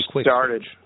started